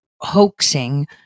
hoaxing